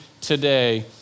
today